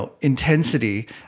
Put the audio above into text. intensity